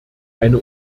eine